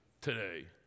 today